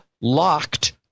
locked